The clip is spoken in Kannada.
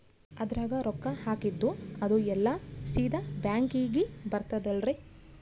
ಅದ್ರಗ ರೊಕ್ಕ ಹಾಕಿದ್ದು ಅದು ಎಲ್ಲಾ ಸೀದಾ ಬ್ಯಾಂಕಿಗಿ ಬರ್ತದಲ್ರಿ?